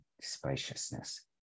spaciousness